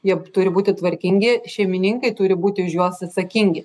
jie turi būti tvarkingi šeimininkai turi būti už juos atsakingi